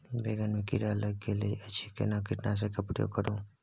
बैंगन में कीरा लाईग गेल अछि केना कीटनासक के प्रयोग करू?